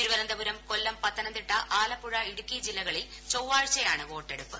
തിരുവനന്തപുരം കൊല്ലം പത്തനംതിട്ട ആലപ്പുഴ ഇടുക്കി ജില്ലകളിൽ ചൊവ്വാഴ്ചയാണ് വോട്ടെടുപ്പ്